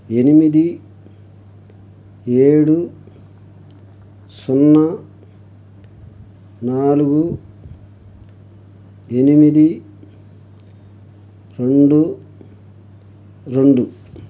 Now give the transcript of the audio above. ఎనిమిది ఏడు సున్నా నాలుగు ఎనిమిది రెండు రెండు